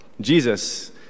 Jesus